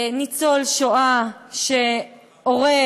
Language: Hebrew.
ניצול שואה שהורג,